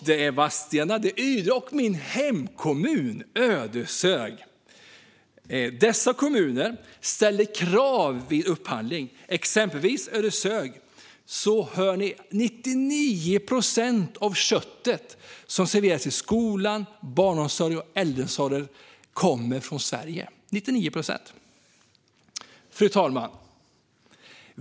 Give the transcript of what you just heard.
Det är Vadstena, Ydre och min hemkommun Ödeshög. Dessa kommuner ställer krav vid upphandling. I exempelvis Ödeshög kommer 99 procent av köttet som serveras i skolan, barnomsorgen och äldreomsorgen från Sverige. Fru talman!